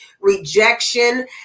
rejection